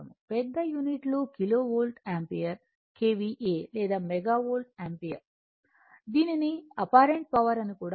పెద్ద యూనిట్లు kilovolt ampere KVA లేదా మెగా వోల్ట్ యాంపియర్ దీనిని అపరెంట్ పవర్ అని కూడా అంటారు